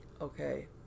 Okay